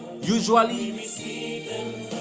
usually